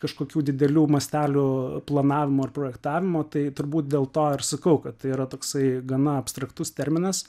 kažkokių didelių mastelių planavimo ir projektavimo tai turbūt dėl to ir sakau kad tai yra toksai gana abstraktus terminas